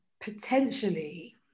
potentially